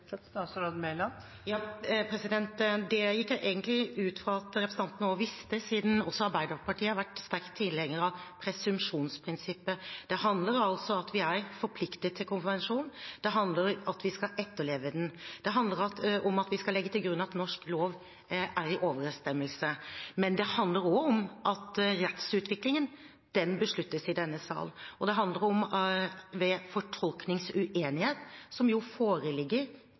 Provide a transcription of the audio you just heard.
Det gikk jeg egentlig ut fra at representanten visste, siden også Arbeiderpartiet har vært sterk tilhenger av presumsjonsprinsippet. Det handler om at vi er forpliktet til konvensjonen, det handler om at vi skal etterleve den, og det handler om at vi skal legge til grunn at norsk lov er i overensstemmelse. Men det handler også om at rettsutviklingen besluttes i denne sal, og ved fortolkningsuenighet, som jo foreligger